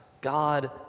God